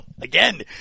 Again